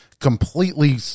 completely